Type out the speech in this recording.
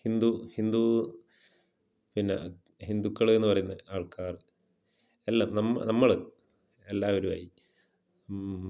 ഹിന്ദു ഹിന്ദൂ പിന്നെ ഹിന്ദുക്കളെന്ന് പറയുന്ന ആൾക്കാർ എല്ലാം നമ്മൾ നമ്മൾ എല്ലാവരുവായി